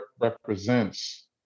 represents